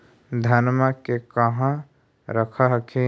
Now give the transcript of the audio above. धनमा के कहा रख हखिन?